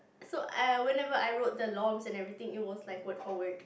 so I whenever I wrote the longs and everything it was like word for word